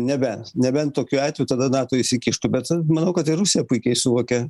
nebent nebent tokiu atveju tada nato įsikištų bet manau kad ir rusija puikiai suvokia